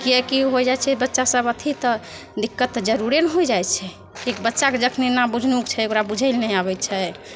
किएकि हो जाइ छै बच्चा सब अथी तऽ दिक्कत तऽ जरूरे ने हो जाइ छै एक बच्चाके जखने नाबुझनुक छै ओकरा बुझै ले नहि आबै छै